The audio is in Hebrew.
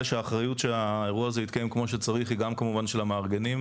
שהאחריות שהאירוע הזה יתקיים כמו שצריך היא גם כמובן של המארגנים,